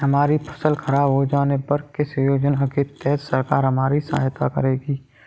हमारी फसल खराब हो जाने पर किस योजना के तहत सरकार हमारी सहायता करेगी?